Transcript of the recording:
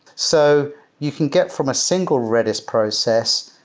so you can get from a single redis process,